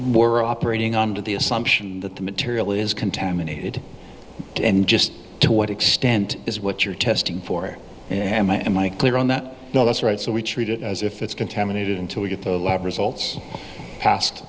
more operating under the assumption that the material is contaminated and just to what extent is what you're testing for and i am i am i clear on that no that's right so we treat it as if it's contaminated until we get the lab results past